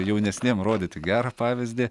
jaunesniem rodyti gerą pavyzdį